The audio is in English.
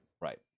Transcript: Right